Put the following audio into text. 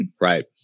Right